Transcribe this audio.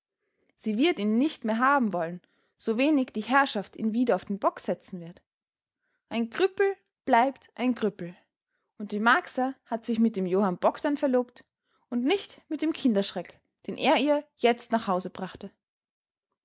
sie wird ihn nicht mehr haben wollen so wenig die herrschaft ihn wieder auf den bock setzen wird ein krüppel bleibt ein krüppel und die marcsa hat sich mit dem johann bogdn verlobt und nicht mit dem kinderschreck den er ihr jetzt nach hause brachte